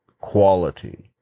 quality